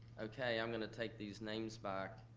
okay, i'm gonna take these names back,